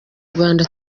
rwanda